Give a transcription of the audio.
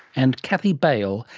and kathy bail,